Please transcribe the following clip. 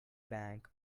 bank